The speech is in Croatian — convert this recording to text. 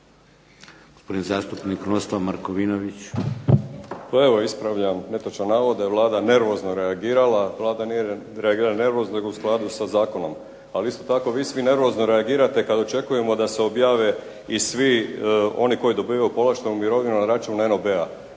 Krunoslav (HDZ)** Pa evo ispravljam netočan navod da je Vlada nervozno reagirala. Vlada nije nervozno nego u skladu sa zakonom. Ali vi svi isto tako nervozno reagirate kada očekujemo da se objave i svi oni koji dobivaju povlaštenu mirovinu na račun NOB.